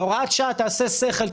ההוראת שעה תעשה שכל,